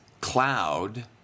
cloud